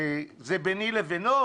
זה ביני לבינו,